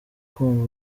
kumva